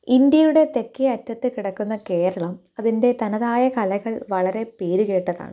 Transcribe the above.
ഇന്ത്യയുടെ തെക്കേ അറ്റത്തു കിടക്കുന്ന കേരളം അതിന്റെ തനതായ കലകള് വളരെ പേരു കേട്ടതാണ്